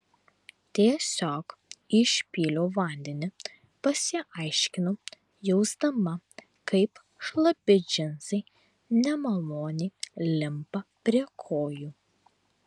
tiesiog išpyliau vandenį pasiaiškinau jausdama kaip šlapi džinsai nemaloniai limpa prie kojų